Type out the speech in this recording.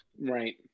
Right